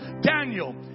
Daniel